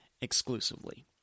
exclusively